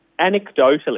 anecdotally